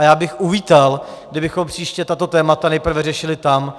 A já bych uvítal, kdybychom příště tato témata nejprve řešili tam.